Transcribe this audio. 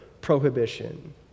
prohibition